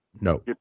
No